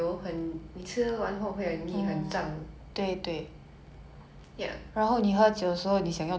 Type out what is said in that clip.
喝酒 how did that transi~ transition there so fast okay but why